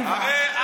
ונוקב.